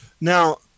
Now